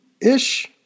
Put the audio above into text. ish